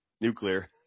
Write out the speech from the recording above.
Nuclear